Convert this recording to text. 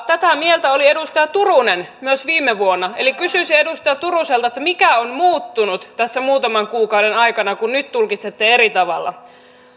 tätä mieltä oli myös edustaja turunen viime vuonna eli kysyisin edustaja turuselta mikä on muuttunut tässä muutaman kuukauden aikana kun nyt tulkitsette eri tavalla nyt